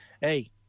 hey